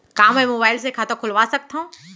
का मैं मोबाइल से खाता खोलवा सकथव?